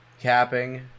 capping